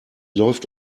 läuft